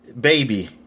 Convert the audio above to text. baby